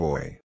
Boy